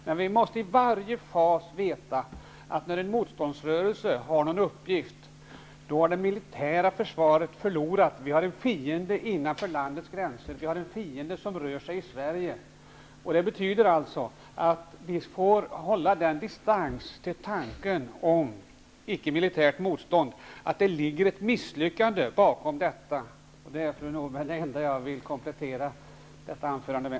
Men vi måste i varje fas veta, att när en motståndsrörelse har en uppgift har det militära försvaret förlorat -- då har vi en fiende innanför landets gränser, en fiende som rör sig i Sverige. Det betyder att vi får hålla en distans till tanken om icke-militärt motstånd, då det ligger ett misslyckande bakom detta. Det är det enda, fru Norberg, jag vill komplettera detta anförande med.